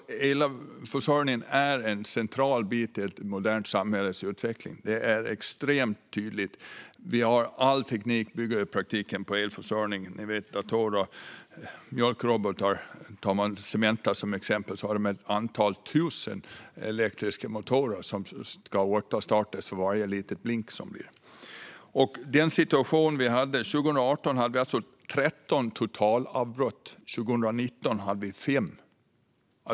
Elförsörjningen är central i ett modernt samhälles utveckling. Det är extremt tydligt. All teknik bygger i praktiken på elförsörjning. Det är datorer och mjölkrobotar. Som exempel har Cementa ett antal tusen elektriska motorer som ska återstartas vid varje litet blink. År 2018 var situationen den att vi hade 13 totalavbrott. År 2019 hade vi 5.